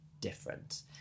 different